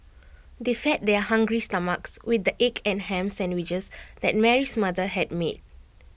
they fed their hungry stomachs with the egg and Ham Sandwiches that Mary's mother had made